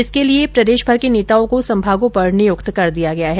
इसके लिये प्रदेशभर के नेताओं को संभागों पर नियुक्त कर दिया गया है